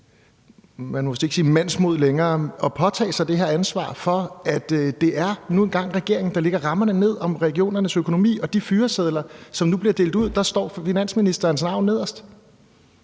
man må vist ikke sige vise mandsmod længere – påtage sig det her ansvar for, at det nu engang er regeringen, der lægger rammerne ned om regionernes økonomi. Og på de fyresedler, der nu bliver delt ud, står finansministerens navn nederst.